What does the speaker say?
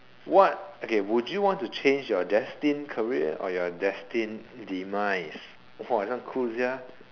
what okay would you want to change your destined career or your destined demise !wah! this one cool sia